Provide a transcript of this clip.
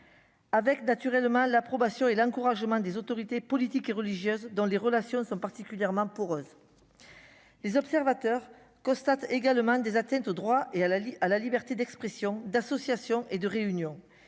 Avec naturellement l'approbation et l'encouragement des autorités politiques et religieuses dans les relations sont particulièrement poreuse. Les observateurs constatent également des atteintes au droit et à la vie à la liberté d'expression, d'association et de réunion,